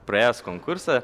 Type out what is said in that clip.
praėjęs konkursą